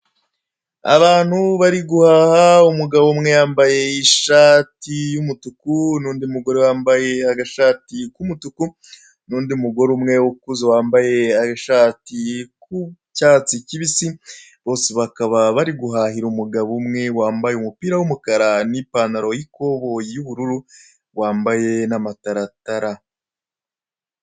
Abantu bari guhaha: umugabo umwe yambaye ishati y'umutuku, n'undi mugore wambaye agashati k'umutuku, n'undi mugore ukuze wambaye agashati k'icyatsi kibisi; bose bakaba bari guhahira umugabo umwe wambaye umupira w'umukara n'ipantaro y'ikoboyi y'ubururu, wambaye n'amataratara.